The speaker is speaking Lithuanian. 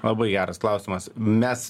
labai geras klausimas mes